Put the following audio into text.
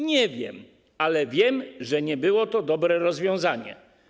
Nie wiem, ale wiem, że nie było to dobre rozwiązanie.